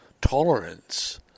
tolerance